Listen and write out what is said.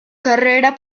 carrera